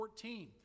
14